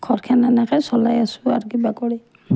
ঘৰখন সেনেকেই চলাই আছোঁ আৰু কিবা কৰি